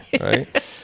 right